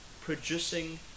producing